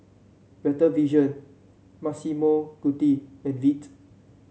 Better Vision Massimo Dutti and Veet